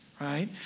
right